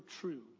true